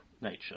nature